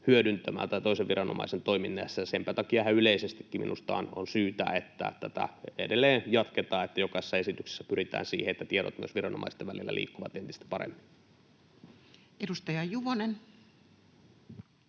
hyödyntämään, ja senpä takia ihan yleisestikin minusta on syytä, että tätä edelleen jatketaan, että jokaisessa esityksessä pyritään siihen, että tiedot myös viranomaisten välillä liikkuvat entistä paremmin. [Speech